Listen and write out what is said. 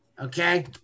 okay